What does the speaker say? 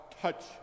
touch